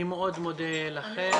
אני מאוד מודה לכם.